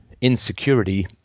insecurity